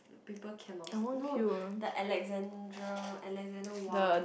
people camp outside no the Alexandra Alexandra Wang